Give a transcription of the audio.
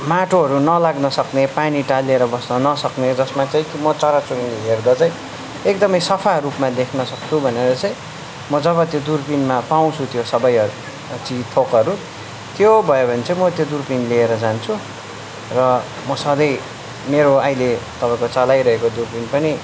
माटोहरू नलाग्न सक्ने पानी टालिएर बस्न नसक्ने जसमा चाहिँ म चराचुरुङ्गी हेर्दा चाहिँ एकदमै सफा रूपमा देख्न सक्छु भनेर चाहिँ म जब त्यो दुर्बिनमा पाउँछु त्यो सबैहरू चिज थोकहरू त्यो भयो भने चाहिँ म त्यो दुर्बिन लिएर जान्छु र म सधैँ मेरो अहिले तपाईँको चलाइरहेको दुर्बिन पनि